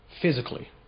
physically